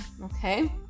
okay